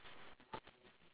tighten pores